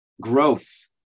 growth